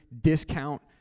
discount